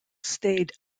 stayed